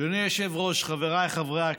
אדוני היושב-ראש, חבריי חברי הכנסת.